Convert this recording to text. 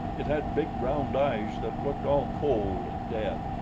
it had big round eyes that looked all cold and dead,